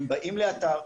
הם באים לכל אתר,